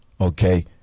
okay